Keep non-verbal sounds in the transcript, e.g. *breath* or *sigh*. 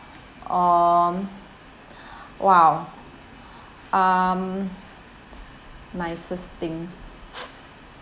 um *breath* !wow! um nicest things *noise*